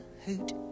hoot